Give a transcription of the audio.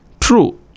True